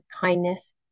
kindness